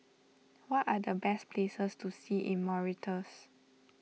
what are the best places to see in Mauritius